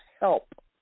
help